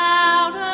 out